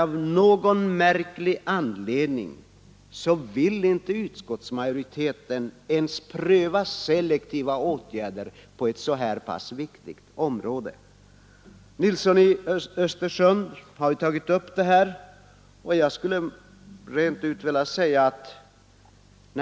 Av någon märklig anledning vill utskottsmajoriteten inte ens pröva selektiva åtgärder på ett så pass viktigt område. Herr Nilsson i Östersund har tagit upp detta.